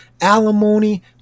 alimony